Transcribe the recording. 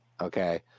Okay